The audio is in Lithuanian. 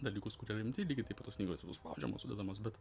dalykus kurie rimti lygiai taip pat tos knygos yra suspaudžiamos sudedamos bet